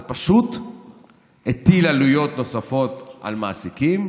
זה פשוט הטיל עלויות נוספות על מעסיקים,